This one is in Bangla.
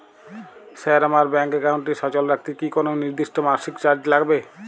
স্যার আমার ব্যাঙ্ক একাউন্টটি সচল রাখতে কি কোনো নির্দিষ্ট মাসিক চার্জ লাগবে?